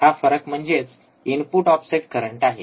हा फरक म्हणजेच इनपुट ऑफसेट करंट आहे